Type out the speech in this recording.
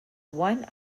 one